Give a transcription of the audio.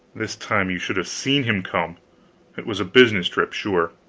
this time you should have seen him come it was a business trip, sure